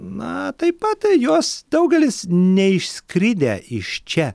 na taip pat jos daugelis neišskridę iš čia